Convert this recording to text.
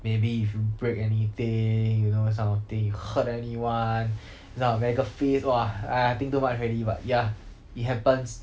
maybe if you break anything you know this kind of thing you hurt anyone this kind of medical fee !wah! I I think too much already but ya it happens